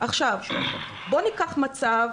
בוא ניקח מצב